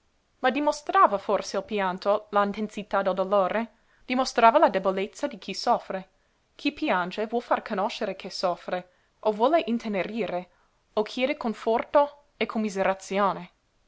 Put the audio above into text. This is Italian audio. ma dimostrava forse il pianto la intensità del dolore dimostrava la debolezza di chi soffre chi piange vuol far conoscere che soffre o vuole intenerire o chiede conforto e commiserazione